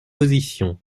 position